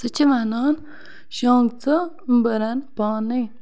سۄ چھِ وَنان شۄنٛگ ژٕ بہٕ رَنہٕ پانے